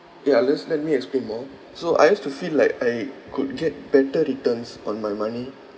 ya let's let me explain more so I used to feel like I could get better returns on my money